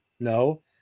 No